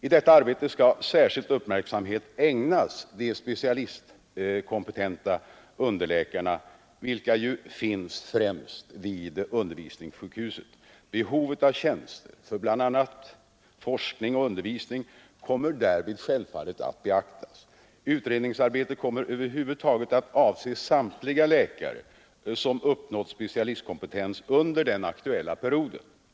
I detta arbete skall särskild uppmärksamhet ägnas de specialistkompetenta underläkarna, vilka ju finns främst vid undervisningssjukhusen. Behovet av tjänster för bl.a. forskning och undervisning kommer därvid självfallet att beaktas. Utredningsarbetet kommer över huvud taget att avse samtliga läkare som uppnår specialistkompetens under den aktuella perioden. Herr talman!